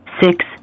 six